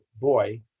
boy